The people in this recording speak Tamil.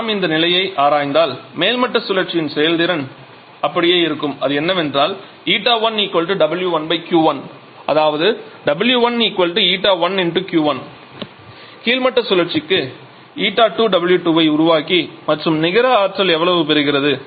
நாம் இந்த நிலையை ஆராய்ந்தால் மேல்மட்ட சுழற்சியின் செயல்திறன் அப்படியே இருக்கும் அது என்னவென்றால் 𝜂1 𝑊1 Q1 அதாவது 𝑊1 𝜂1 𝑄1 கீழ்மட்ட சுழற்சிக்கு η2 W2 ஐ உருவாக்கி மற்றும் நிகர ஆற்றல் எவ்வளவு பெறுகிறது